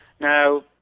Now